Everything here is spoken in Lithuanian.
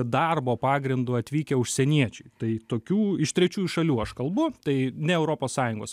darbo pagrindu atvykę užsieniečiai tai tokių iš trečiųjų šalių aš kalbu tai ne europos sąjungos